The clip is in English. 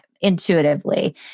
intuitively